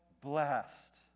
blessed